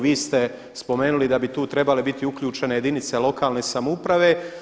Vi ste spomenuli da bi tu trebale biti uključene jedinice lokalne samouprave.